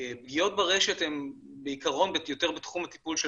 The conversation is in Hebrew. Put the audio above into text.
פגיעות ברשת הן בעקרון יותר בתחום הטיפול של